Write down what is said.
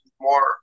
more